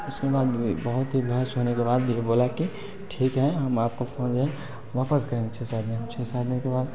उसके बाद बहुत ही बहस होने के बाद भी बोला कि ठीक है हम आपको फ़ोन ये वापस करेंगे छ सात दिन छ सात दिन के बाद